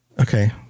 Okay